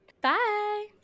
Bye